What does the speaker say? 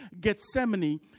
Gethsemane